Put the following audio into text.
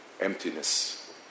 emptiness